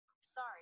Sorry